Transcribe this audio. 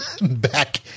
back